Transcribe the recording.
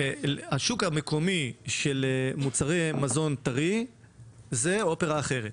השוק המקומי של מוצרי מזון טרי זה אופרה אחרת,